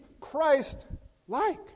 Christ-like